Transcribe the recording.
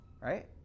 Right